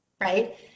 right